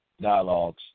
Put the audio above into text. Dialogues